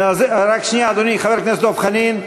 רק שנייה, אדוני, חבר הכנסת דב חנין.